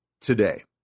today